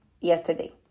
yesterday